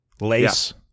Lace